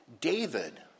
David